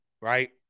right